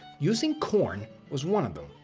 using corn was one of them.